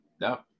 No